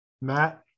Matt